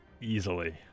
easily